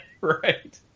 Right